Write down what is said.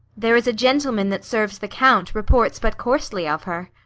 there is a gentleman that serves the count reports but coarsely of her.